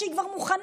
שהיא כבר מוכנה.